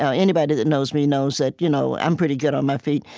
ah anybody that knows me knows that you know i'm pretty good on my feet,